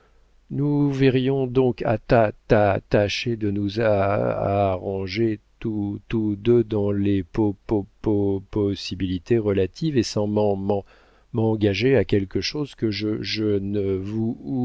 nous verrions donc à tâ tâ tâcher de nous aaaarranger tou tous deux dans les po po po possibilités relatives et sans m'en m'en m'engager à quelque chose que je